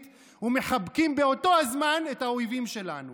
ומחבקים באותו הזמן את האויבים שלנו.